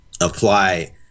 apply